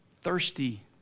thirsty